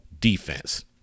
defense